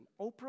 Oprah